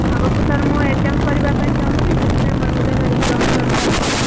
ଆଗକୁ ସାର୍ ମୁଁ ଏଗ୍ଜାମ୍ କରିବା ପାଇଁ ଚାହୁଁଛି ସେଥିପାଇଁ ମୋର ଗୋଟେରେ ଲୋନ୍ ଦରକାର ଥିଲା